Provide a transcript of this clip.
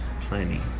plenty